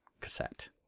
cassette